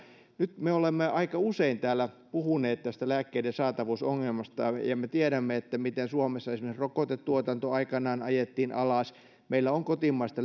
nyt me olemme aika usein täällä puhuneet tästä lääkkeiden saatavuusongelmasta ja me tiedämme miten suomessa esimerkiksi rokotetuotanto aikanaan ajettiin alas meillä on kotimaista